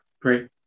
Great